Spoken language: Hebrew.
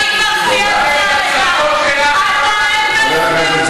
21, בחור ישיבה, כי את נתת לו יד, 78 ימי חופשה.